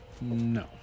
No